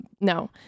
No